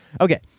Okay